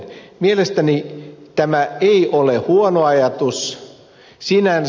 mielestäni tämä ei ole huono ajatus sinänsä